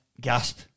gasp